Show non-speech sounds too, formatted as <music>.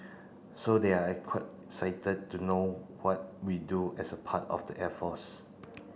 so they're <unintelligible> excited to know what we do as a part of the air force